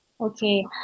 Okay